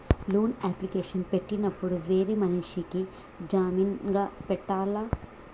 Loan application చేసేటప్పుడు వేరే మనిషిని జామీన్ గా పెట్టాల్నా?